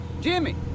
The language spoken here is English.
Jimmy